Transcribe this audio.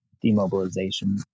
demobilization